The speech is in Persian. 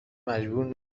مجبور